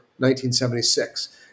1976